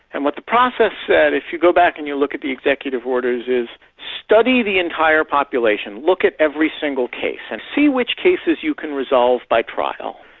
and what the process said, if you go back and you look at the executive orders, is study the entire population, look at every single case, and see which cases you can resolve by trial,